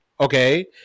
okay